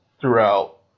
throughout